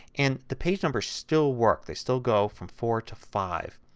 and the page numbers still work. they still go from four to five.